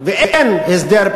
ואין הסדר,